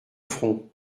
front